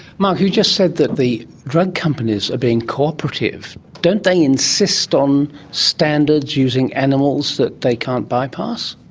mark, you just said that the drug companies are being cooperative. don't they insist on standards using animals that they can't bypass?